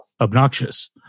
obnoxious